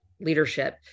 leadership